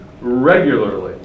regularly